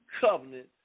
covenant